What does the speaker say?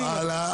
טוב, הלאה.